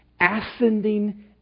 ascending